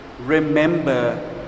Remember